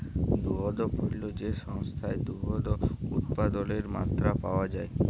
দুহুদ পল্য যে সংস্থায় দুহুদ উৎপাদলের মাত্রা পাউয়া যায়